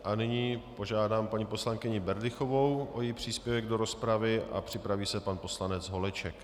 A nyní požádám paní poslankyni Berdychovou o její příspěvek do rozpravy a připraví se pan poslanec Holeček.